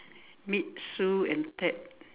meet Sue and Ted